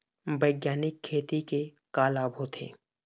बैग्यानिक खेती के का लाभ होथे?